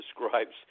describes